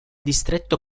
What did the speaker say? distretto